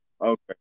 Okay